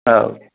औ